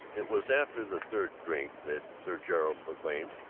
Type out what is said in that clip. it was after the third drink that sir gerald proclaimed,